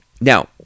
Now